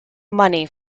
money